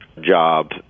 job